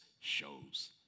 shows